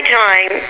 time